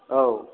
औ